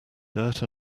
dirt